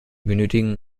benötigten